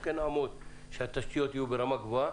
אנחנו כן נעמוד על כך שהתשתיות יהיו ברמה גבוהה